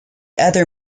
other